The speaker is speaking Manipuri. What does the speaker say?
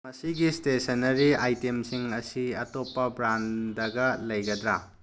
ꯃꯁꯤꯒꯤ ꯏꯁꯇꯦꯁꯟꯅꯔꯤ ꯑꯥꯏꯇꯦꯝꯁꯤꯡ ꯑꯁꯤ ꯑꯇꯣꯞꯄ ꯕ꯭ꯔꯥꯟꯗꯒ ꯂꯩꯒꯗ꯭ꯔꯥ